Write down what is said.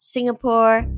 Singapore